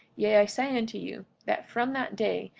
yea, i say unto you, that from that day,